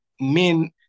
Men